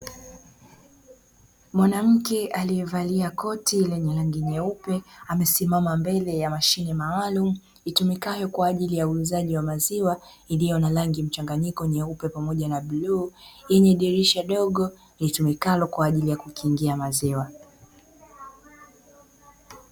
Mwanamke aliyevalia koti lenye rangi nyeupe amesimama mbele ya mashine maalumu itumikayo kwa ajili ya uuzaji wa maziwa iliyo na rangi mchanganyiko nyeupe, pamoja na bluu, yenye dirisha dogo litumikalo kwa ajili ya kukingia maziwa.